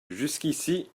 jusqu’ici